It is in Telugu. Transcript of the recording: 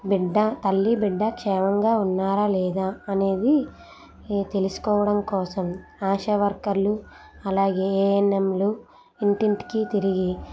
బిడ్డ తల్లి బిడ్డ క్షేమంగా ఉన్నారా లేదా అనేది ఈ తెలుసుకోవడం కోసం ఆశా వర్కర్లు అలాగే ఏఎన్ఎంలు ఇంటింటికీ తిరిగి